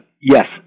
Yes